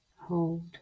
hold